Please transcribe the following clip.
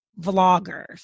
vloggers